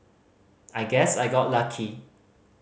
I guess I got lucky